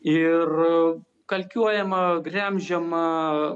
ir kalkiuojama gremžiama